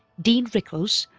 dean rickles,